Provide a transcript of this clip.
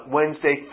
Wednesday